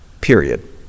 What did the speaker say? period